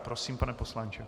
Prosím, pane poslanče.